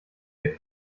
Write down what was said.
ihr